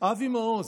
אבי מעוז,